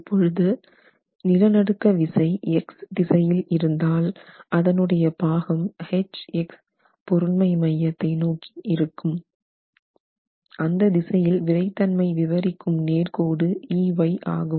இப்பொழுது நிலநடுக்க விசை X திசையில் இருந்தால் அதனுடைய பாகம் Hx பொருண்மை மையத்தை நோக்கி இருக்கும் அந்த திசையில் விறைத்தன்மை விவரிக்கும் நேர்கோடு ey ஆகும்